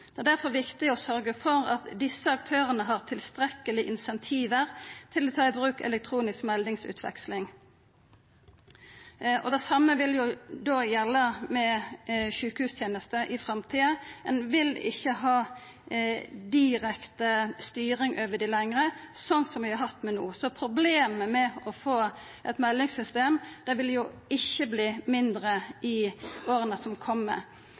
Det er derfor viktig å sørge for at disse aktørene har tilstrekkelig insentiver til å ta i bruk elektronisk meldingsutveksling.» Det same vil gjelda sjukehustenester i framtida. Ein vil ikkje ha direkte styring over dei lenger, slik som ein har hatt til no, så problemet med å få eit meldingssystem vil ikkje verta mindre i åra som